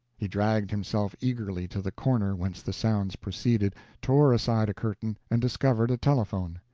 he dragged himself eagerly to the corner whence the sounds proceeded, tore aside a curtain, and discovered a telephone.